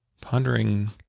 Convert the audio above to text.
pondering